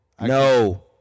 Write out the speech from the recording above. no